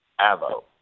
AVO